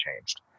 changed